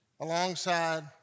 alongside